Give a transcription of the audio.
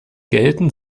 gelten